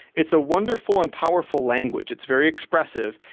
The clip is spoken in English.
it's a wonderful and powerful language. it's very expressive,